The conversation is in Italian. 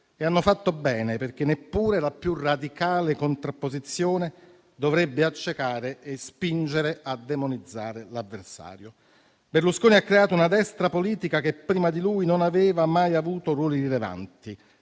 Hanno fatto bene perché neppure la più radicale contrapposizione dovrebbe accecare e spingere a demonizzare l'avversario. Berlusconi ha creato una destra politica che prima di lui non aveva mai avuto ruoli rilevanti.